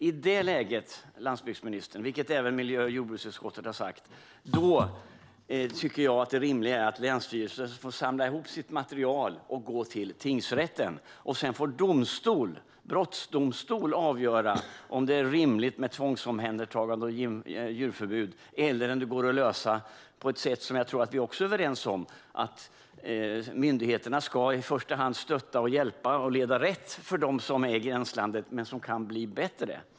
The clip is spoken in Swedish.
I det läget tycker jag, landsbygdsministern, och det har även miljö och jordbruksutskottet sagt, att det rimliga är att länsstyrelsen får samla ihop sitt material och gå till tingsrätten. Sedan får domstol, brottsdomstol, avgöra om det är rimligt med tvångsomhändertagande och djurförbud eller om det går att lösa på ett sätt som jag också tror att vi är överens om, nämligen att myndigheterna i första hand ska stötta, hjälpa och leda dem rätt som är i gränslandet men kan bli bättre.